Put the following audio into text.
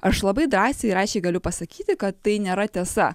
aš labai drąsiai ir aiškiai galiu pasakyti kad tai nėra tiesa